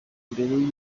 mbere